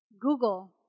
Google